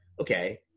okay